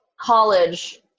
college